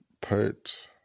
put